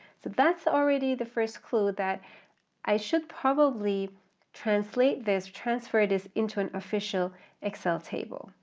so that's already the first clue that i should probably translate this transferred as into an official excel table.